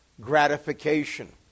gratification